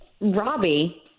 Robbie